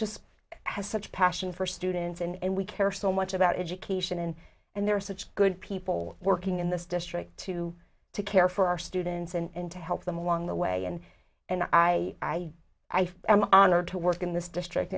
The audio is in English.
just has such passion for students and we care so much about education and and there are such good people working in this district to to care for our students and to help them along the way and and i am honored to work in this district